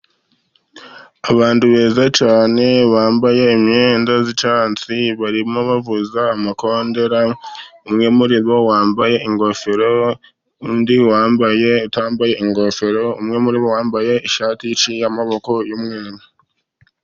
Abantu beza cyane bambaye imyenda y'icyatsi barimo bavuza amakondera, umwe muri bo wambaye ingofero undi utambaye ingofero, umwe muri bo wambaye ishati y'amaboko y'umweru n'ipantaro y'ubururu.